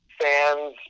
fans